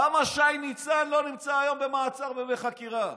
למה שי ניצן לא נמצא היום במעצר ובחקירה?